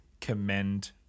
commend